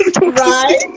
right